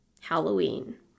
Halloween